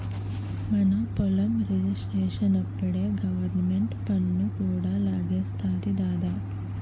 మన పొలం రిజిస్ట్రేషనప్పుడే గవరమెంటు పన్ను కూడా లాగేస్తాది దద్దా